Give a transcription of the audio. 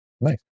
Nice